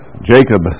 Jacob